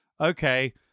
okay